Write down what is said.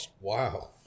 wow